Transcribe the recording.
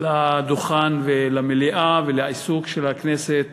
לדוכן ולמליאה ולעיסוק של הכנסת